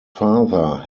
father